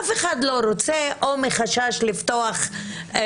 אף אחד לא רוצה לדבר על זה,